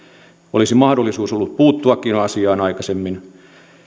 olisi mahdollisuus ollut puuttuakin asiaan aikaisemmin